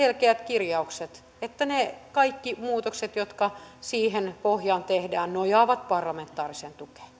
selkeät kirjaukset että ne kaikki muutokset jotka siihen pohjaan tehdään nojaavat parlamentaariseen tukeen